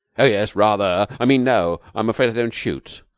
oh, yes, rather! i mean, no. i'm afraid i don't shoot.